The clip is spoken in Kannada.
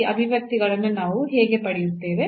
ಈ ಅಭಿವ್ಯಕ್ತಿಗಳನ್ನು ನಾವು ಹೇಗೆ ಪಡೆಯುತ್ತೇವೆ